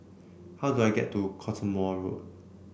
how do I get to Cottesmore Road